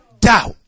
doubt